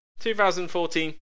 2014